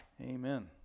Amen